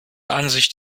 ansicht